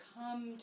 come